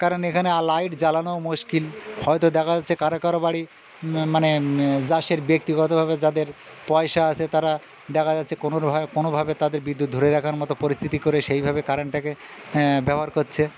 কারণ এখানে আর লাইট জ্বালানোও মুশকিল হয়তো দেখা যাচ্ছে কারও কারও বাড়ি মানে যার যার ব্যক্তিগতভাবে যাদের পয়সা আছে তারা দেখা যাচ্ছে কোনো ভাবে কোনো ভাবে তাদের বিদ্যুৎ ধরে রাখার মতো পরিস্থিতি করে সেইভাবে কারেন্টটাকে ব্যবহার করছে